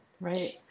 Right